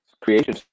creation